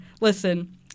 listen